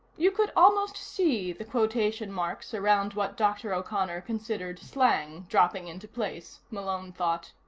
you could almost see the quotation marks around what dr. o'connor considered slang dropping into place, malone thought.